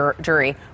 jury